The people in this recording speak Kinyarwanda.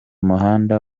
muhanda